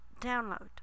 download